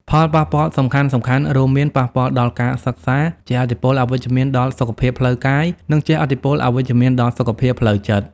ផលប៉ះពាល់សំខាន់ៗរួមមាន ប៉ះពាល់ដល់ការសិក្សា ជះឥទ្ធិពលអវិជ្ជមានដល់សុខភាពផ្លូវកាយ និងជះឥទ្ធិពលអវិជ្ជមានដល់សុខភាពផ្លូវចិត្ត។